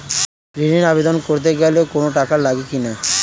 ঋণের আবেদন করতে গেলে কোন টাকা লাগে কিনা?